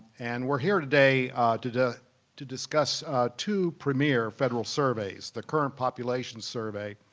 and we're here today today to discuss two premier federal surveys the icurrent population survey,